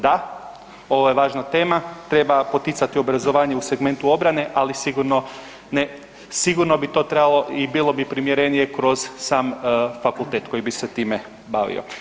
Da, ovo je važna tema, treba poticati obrazovanje u segmentu obrane, ali sigurno to bi trebalo i bilo bi primjerenije kroz sami fakultet koji bi se time bavio.